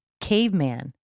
caveman